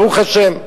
ברוך השם.